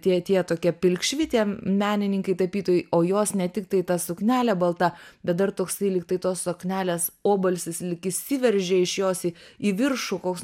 tie tie tokie pilkšvi tie menininkai tapytojai o jos ne tiktai ta suknelė balta bet dar toks lyg tai tos suknelės obalsis lyg išsiveržė iš jos į viršų koks